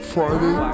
Friday